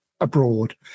abroad